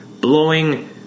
blowing